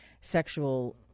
sexual